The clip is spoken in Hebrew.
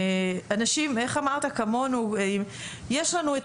כמו שאמרת, אנשים כמונו, יש לנו את